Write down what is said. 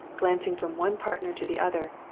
glancing from one partner to the other,